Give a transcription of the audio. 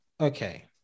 okay